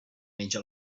menja